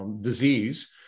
disease